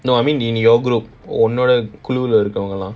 no I mean in your group உன்னோட குலுள்ள இருந்தவங்க:unnoda kulula irunthawanga